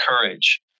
courage